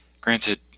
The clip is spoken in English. granted